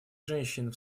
женщин